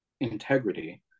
integrity